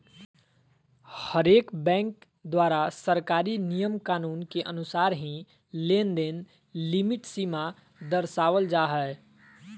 हरेक बैंक द्वारा सरकारी नियम कानून के अनुसार ही लेनदेन लिमिट सीमा दरसावल जा हय